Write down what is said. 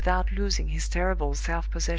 without losing his terrible self-possession,